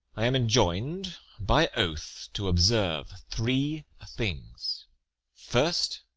i am enjoin'd by oath to observe three things first,